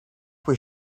was